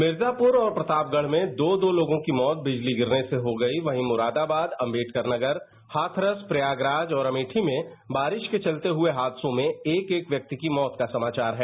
मिरजापुर और प्रतापगढ़ में दो दो लोगों की मौत बिजली गिरने से हो गई वहीं मुरादाबाद अंबेडकरनगर हाथरस प्रयागराज और अमेठी मे बारिश के चलते हुए हादसों में एक एक व्यक्ति की मौत का समाचार है